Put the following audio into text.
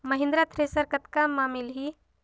Mahindra thresher कतका म मिलही?